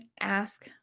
ask